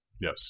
Yes